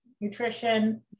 nutrition